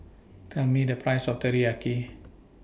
Tell Me The Price of Teriyaki